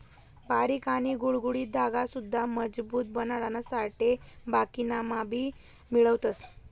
बारीक आणि गुळगुळीत धागा सुद्धा मजबूत बनाडासाठे बाकिना मा भी मिळवतस